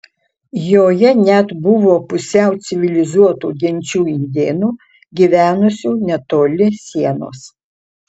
joje net buvo pusiau civilizuotų genčių indėnų gyvenusių netoli sienos